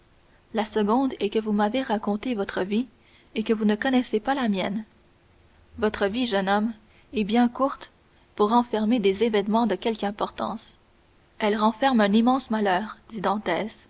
la seconde est que vous m'avez raconté votre vie et que vous ne connaissez pas la mienne votre vie jeune homme est bien courte pour renfermer des événements de quelque importance elle renferme un immense malheur